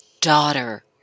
daughter